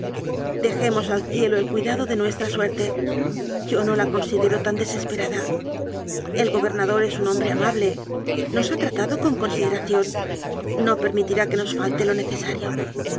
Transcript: dejemos al cielo el cuidado de nuestra suerte yo no la consi dero tan desesperada el gobernador es un hom bre amable nos ha tratado con consideración no permitirá que nos falte lo necesario